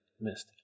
missed